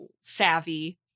savvy